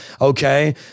Okay